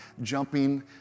jumping